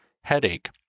headache